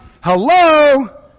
hello